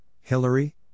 Hillary